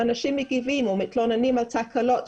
שאנשים מגיבים או מתלוננים על תקלות,